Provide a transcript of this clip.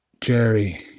Jerry